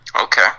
Okay